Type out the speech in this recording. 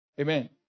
Amen